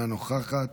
אינה נוכחת,